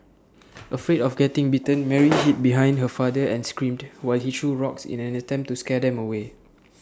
afraid of getting bitten Mary hid behind her father and screamed while he threw rocks in an attempt to scare them away